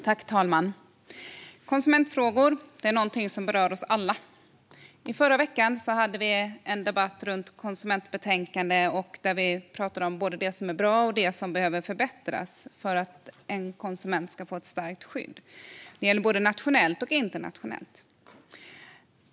Fru talman! Konsumentfrågor berör oss alla. Förra veckan hade vi en debatt runt ett konsumentbetänkande där vi pratade om både det som är bra och det som behöver förbättras för att en konsument ska få ett starkt skydd. Det gäller både nationellt och internationellt.